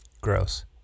Gross